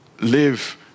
live